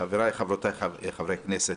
חבריי וחברותיי חברי הכנסת,